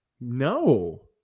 No